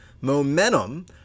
momentum